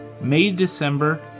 May-December